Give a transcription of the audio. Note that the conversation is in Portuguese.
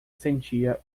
sentia